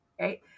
right